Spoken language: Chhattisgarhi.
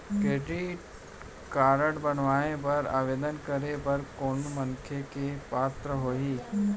क्रेडिट कारड बनवाए बर आवेदन करे बर कोनो मनखे के का पात्रता होही?